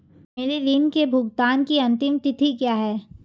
मेरे ऋण के भुगतान की अंतिम तिथि क्या है?